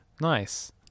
Nice